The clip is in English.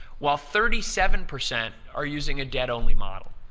while thirty seven percent are using a debt-only model.